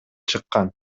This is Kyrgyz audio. чыккан